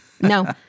no